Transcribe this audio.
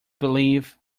believe